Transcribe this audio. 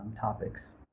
topics